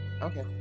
Okay